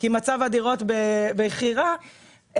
כי מצב הדירות בכי רע,